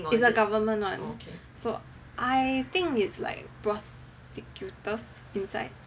is a government [one] so I think is like prosecutors inside